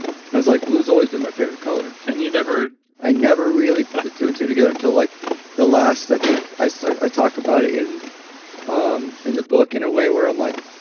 i was like, blue has always been my favorite color. and you never i never really put the two and two together until like the last. i think i so i talk about it in um in the book in a way where i'm like,